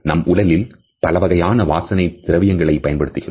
நம் உடலில் பல வகையான வாசனை திரவங்களை பயன்படுத்துகிறோம்